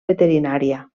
veterinària